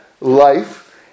life